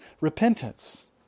repentance